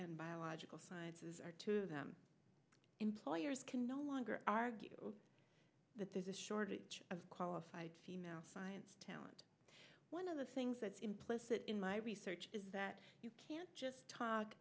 sciences are two of them employers can no longer argue that there's a shortage of qualified female science talent one of the things that's implicit in my research is that you can't just talk